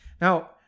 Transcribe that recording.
Now